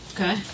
Okay